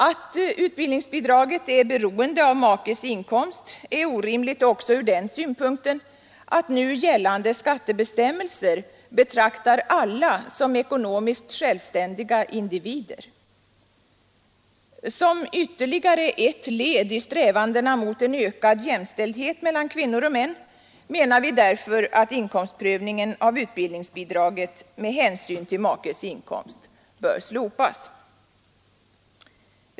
Att utbildningsbidraget är beroende av makes inkomst är orimligt också ur den synpunkten att nu gällande skattebestämmelser betraktar alla som ekonomiskt självständiga individer. Som ytterligare ett led i strävandena mot en ökad jämställdhet mellan kvinnor och män menar vi därför, att inkomstprövningen av utbildningsbidragen med hänsyn till makes inkomst bör slopas.